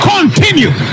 Continue